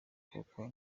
koko